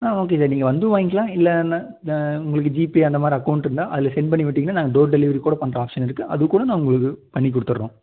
ஆ okay sir நீங்கள் வந்தும் வாங்கிக்கிலாம் இல்லைனா உங்களுக்கு ஜிபே அந்தமாதிரி அக்கௌண்ட் இருந்தால் அதில் சென்ட் பண்ணி விட்டீங்கன்னா நாங்கள் டோர் டெலிவரி கூட பண்ணுற ஆப்ஷன் இருக்குது அதுக்கூட நான் உங்களுக்கு பண்ணி கொடுத்துட்றோம்